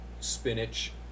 spinach